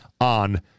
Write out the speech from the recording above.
on